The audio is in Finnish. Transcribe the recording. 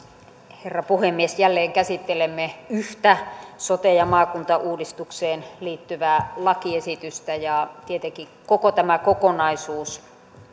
herra puhemies jälleen käsittelemme yhtä sote ja maakuntauudistukseen liittyvää lakiesitystä ja tietenkin koko tämä kokonaisuus